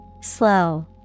Slow